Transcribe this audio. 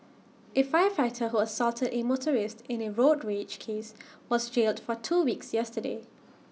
A firefighter who assaulted A motorist in A road rage case was jailed for two weeks yesterday